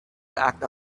act